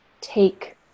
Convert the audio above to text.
take